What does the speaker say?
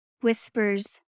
whispers